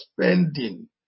spending